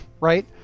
Right